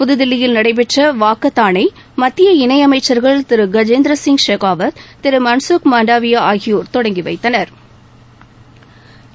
புதுதில்லியில் நடைபெற்ற வாக்கத்தானை மத்திய இணை அமைச்சர்கள் திரு கஜேந்திரசிங் ஷெகாவத் திரு மன்சுக் மாண்டவியா ஆகியோா் தொடங்கி வைத்தனா்